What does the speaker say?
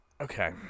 Okay